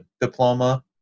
diploma